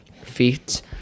feet